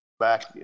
back